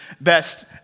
best